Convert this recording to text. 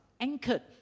anchored